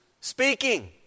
speaking